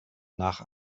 nach